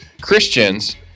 Christians